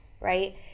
right